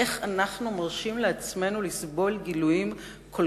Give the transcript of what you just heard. איך אנחנו מרשים לעצמנו לסבול גילויים כל